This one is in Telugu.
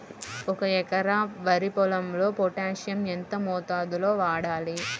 ఒక ఎకరా వరి పొలంలో పోటాషియం ఎంత మోతాదులో వాడాలి?